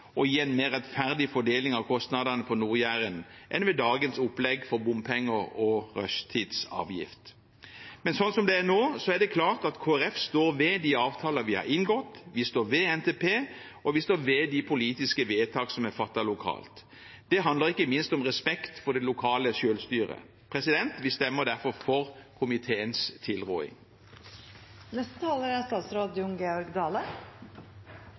gi en mer rettferdig fordeling av kostnadene på Nord-Jæren enn ved dagens opplegg for bompenger og rushtidsavgift. Men sånn som det er nå, er det klart at Kristelig Folkeparti står ved de avtaler vi har inngått, vi står ved NTP, og vi står ved de politiske vedtak som er fattet lokalt. Det handler ikke minst om respekt for det lokale selvstyret. Vi stemmer derfor for komiteens